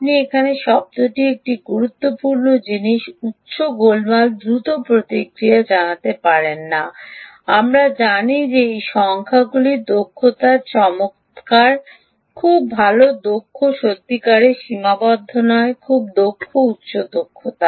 আপনি এখানে শব্দটি একটি গুরুত্বপূর্ণ জিনিস উচ্চ গোলমাল দ্রুত প্রতিক্রিয়া জানাতে পারেন না আমরা জানি এই সংখ্যাগুলি দক্ষতা চমত্কার খুব ভাল দক্ষতা সত্যিকারের সীমাবদ্ধ নয় খুব দক্ষ উচ্চ দক্ষতা